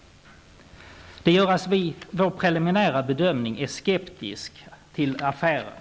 Allt detta gör att vi i vår preliminära bedömning är skeptiska till affären.